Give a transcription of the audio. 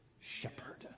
shepherd